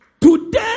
Today